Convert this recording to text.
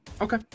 Okay